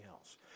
else